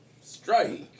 Strike